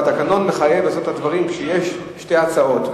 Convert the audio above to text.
אבל התקנון מחייב שאם יש שתי הצעות,